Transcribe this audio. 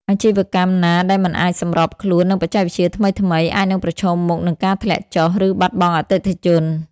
អាជីវកម្មណាដែលមិនអាចសម្របខ្លួននឹងបច្ចេកវិទ្យាថ្មីៗ អាចនឹងប្រឈមមុខនឹងការធ្លាក់ចុះ ឬបាត់បង់អតិថិជន។